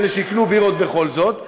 כדי שיקנו בכל זאת בירות,